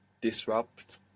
disrupt